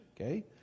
okay